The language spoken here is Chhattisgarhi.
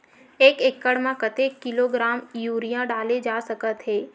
एक एकड़ म कतेक किलोग्राम यूरिया डाले जा सकत हे?